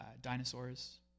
Dinosaurs